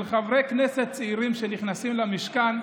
של חברי כנסת צעירים שנכנסים למשכן,